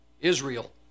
Israel